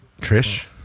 Trish